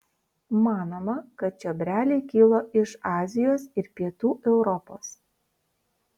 manoma kad čiobreliai kilo iš azijos ir pietų europos